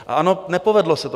A ano, nepovedlo se to.